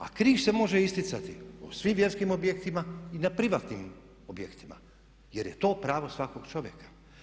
A križ se može isticati u svim vjerskim objektima i na privatnim objektima jer je to pravo svakog čovjeka.